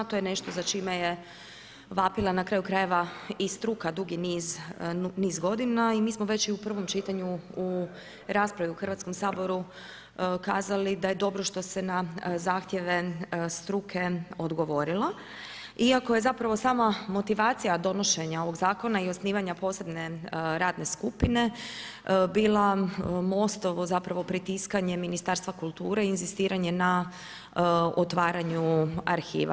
To je nešto za čime je vapila na kraju krajeva i struka dugi niz godina i mi smo već i u prvom čitanju u raspravi u Hrvatskom saboru kazali da je dobro što se na zahtjeve struke odgovorilo iako je zapravo sama motivacija donošenja ovog Zakona i osnivanja posebne radne skupine bila MOST-ovo zapravo pritiskanje Ministarstva kulture i inzistiranje na otvaranju arhiva.